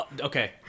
okay